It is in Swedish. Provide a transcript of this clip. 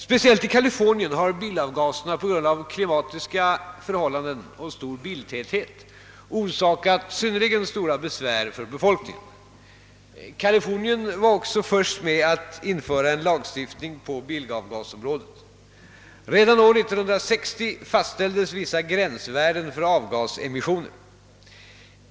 Speciellt i Kalifornien har bilavgaserna på grund av klimatiska förhållanden och stor biltäthet orsakat synnerligen stora besvär för befolkningen. Kalifornien var också först med att införa en lagstiftning på bilavgasområdet. Redan år 1960 fastställdes vissa gränsvärden för avgasemissioner.